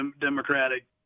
Democratic